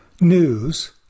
News